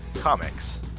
Comics